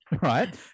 right